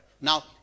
Now